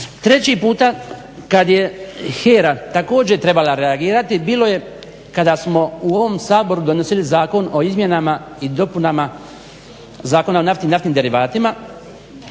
Treći puta kad je HERA također trebala reagirati bilo je kada smo u ovom Saboru donosili Zakon o izmjenama i dopunama Zakona o naftni i naftnim derivatima.